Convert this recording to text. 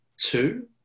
Two